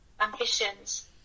ambitions